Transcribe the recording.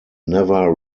never